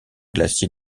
glacier